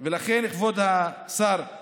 לכן, כבוד השר,